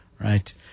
Right